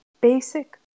basic